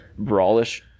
brawlish